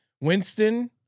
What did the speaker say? Winston